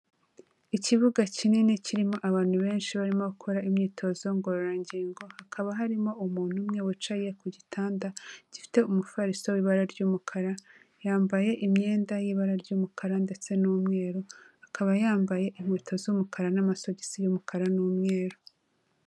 Ikibuga kinini kirimo abantu benshi barimo gukora imyitozo ngororangingo, hakaba harimo umuntu umwe wicaye ku gitanda, gifite umufariso w'ibara ry'umukara, yambaye imyenda y'ibara ry'umukara ndetse n'umweru, akaba yambaye inkweto z'umukara n'amasogisi y'umukara n'umweru.